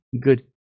good